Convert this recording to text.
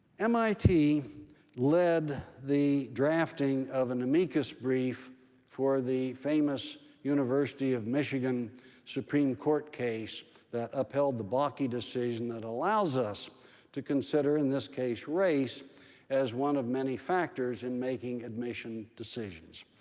mit led the drafting of an amicus brief for the famous university of michigan supreme court case that upheld the bochy bochy decision that allows us to consider, in this case, race as one of many factors in making admission decisions.